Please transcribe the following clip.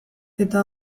eta